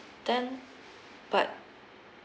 then but